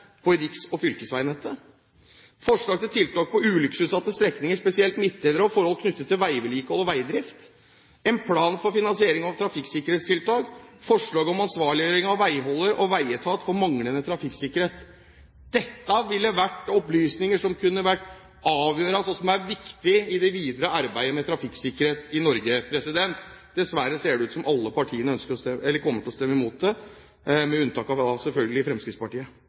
spesielt midtdelere og forhold knyttet til veivedlikehold og veidrift – en plan for finansiering av trafikksikkerhetstiltak – forslag om ansvarliggjøring av veiholder og veietat for manglende trafikksikkerhet». Dette ville vært opplysninger som kunne vært avgjørende, og som er viktige i det videre arbeidet med trafikksikkerhet i Norge. Dessverre ser det ut som om alle partiene kommer til å stemme imot det, med unntak av Fremskrittspartiet, selvfølgelig. Jeg håper at flere tenker sånn og ser på forslagene til Fremskrittspartiet,